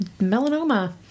melanoma